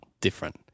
different